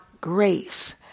grace